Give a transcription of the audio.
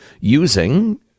using